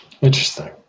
interesting